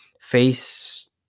face